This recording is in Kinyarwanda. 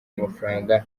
amafaranga